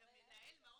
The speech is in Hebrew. את המנהל?